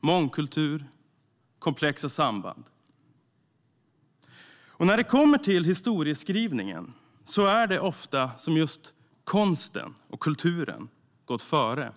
mångkultur och komplexa samband. När det kommer till historieskrivningen har konsten och kulturen ofta gått före.